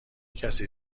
کسی